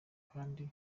kandi